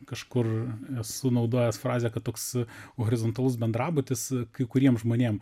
kažkur esu naudojęs frazę kad toks horizontalus bendrabutis kai kuriem žmonėm